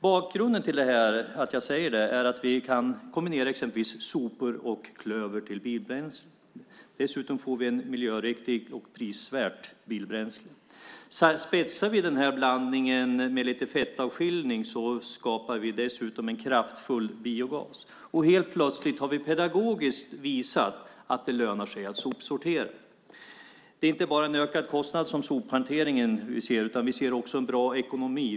Bakgrunden till att jag säger detta är att vi kan kombinera exempelvis sopor och klöver till bilbränsle. Dessutom får vi ett miljöriktigt och prisvärt bilbränsle. Spetsar vi den här blandningen med lite fettavskiljning skapar vi dessutom en kraftfull biogas. Helt plötsligt har vi pedagogiskt visat att det lönar sig att sopsortera. Vi ser inte bara en ökad kostnad för sophanteringen, utan vi ser också en bra ekonomi.